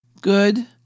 Good